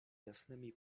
jasnymi